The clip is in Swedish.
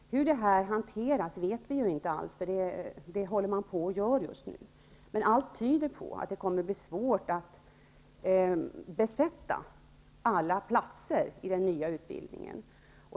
Hur det skall hanteras vet vi inte alls. Allt tyder på att det kommer att bli svårt att besätta alla platser i den nya utbildningen.